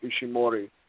Ishimori